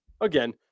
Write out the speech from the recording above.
again